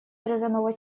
травяного